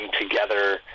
together